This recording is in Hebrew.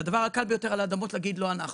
הדבר הקל ביותר הוא להגיד שזה לא אנחנו,